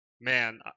man